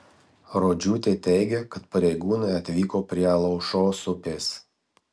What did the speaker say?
rodžiūtė teigia kad pareigūnai atvyko prie alaušos upės